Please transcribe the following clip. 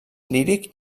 líric